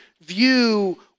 view